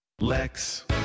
lex